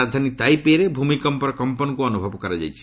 ରାଜଧାନୀ ତାଇପେଇରେ ଭୂମିକମ୍ପର କମ୍ପନକୁ ଅନୁଭବ କରାଯାଇଛି